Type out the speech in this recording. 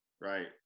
right